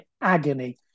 agony